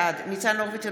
בעד ניצן הורוביץ,